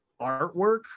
artwork